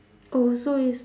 oh so is